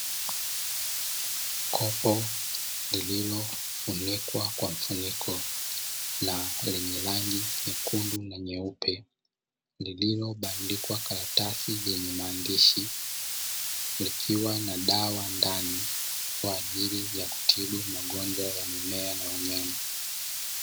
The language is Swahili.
Kopo lililofunikwa kwa mfuniko, lenye rangi nyekundu na nyeupe, lililobandikwa karatasi lenye maandishi, likiwa na dawa ndani, kwa ajili ya kutibu magonjwa ya mimea na wanyama.